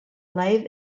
live